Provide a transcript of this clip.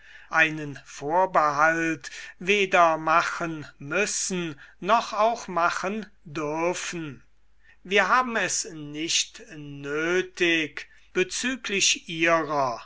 einen vorbehalt weder machen müssen noch auch machen dürfen wir haben es nicht nötig bezüglich ihrer